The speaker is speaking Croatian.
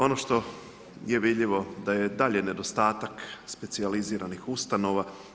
Ono što je vidljivo da je dalje nedostatak specijaliziranih ustanova.